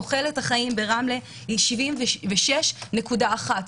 תוחלת החיים ברמלה היא 76.1 שנים.